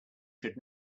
should